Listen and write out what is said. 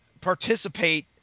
participate